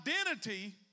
identity